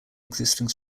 existing